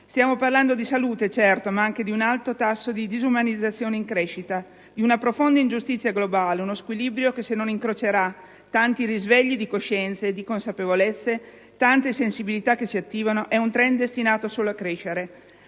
Stiamo parlando di salute, certo, ma anche di un alto tasso di disumanizzazione in crescita, di una profonda ingiustizia globale, di uno squilibrio che se non incrocerà tanti risvegli di coscienze e di consapevolezze, tante sensibilità che si attivano è un *trend* destinato solo a crescere,